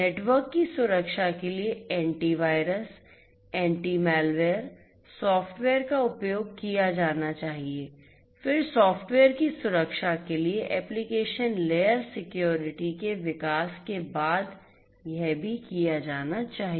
network की सुरक्षा के लिए एंटीवायरस एंटीमलवेयर सॉफ्टवेयर का उपयोग किया जाना चाहिए फिर सॉफ्टवेयर की सुरक्षा के लिए एप्लिकेशन लेयर सिक्योरिटी के विकास के बाद यह भी किया जाना चाहिए